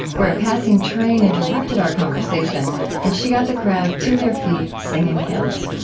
where a passing train interrupted our conversation and she got the crowd to their feet, singing hymns